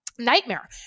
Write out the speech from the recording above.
nightmare